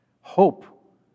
hope